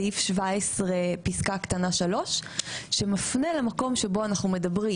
סעיף 17(3) שמפנה למקום שבו אנחנו מדברים,